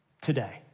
today